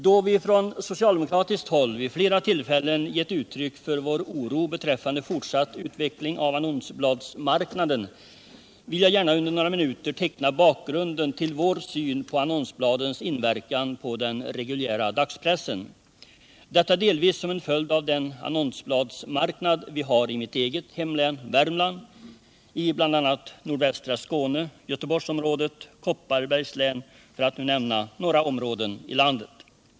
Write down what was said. Då vi från socialdemokratiskt håll vid flera tillfällen gett uttryck för vår oro beträffande fortsatt utveckling av annonsbladsmarknaden, vill jag gärna under några minuter teckna bakgrunden till vår syn på annonsbladens inverkan på den reguljära dagspressen, detta delvis som en följd av den annonsbladsmarknad vi har i mitt eget hemlän Värmland, i nordvästra Skåne, Göteborgsområdet och Kopparbergs län, för att nämna några områden i landet.